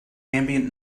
ambient